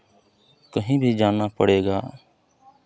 कहीं भी जाना पड़ेगा